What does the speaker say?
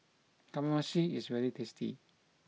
Kamameshi is very tasty